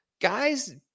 Guys